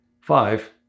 Five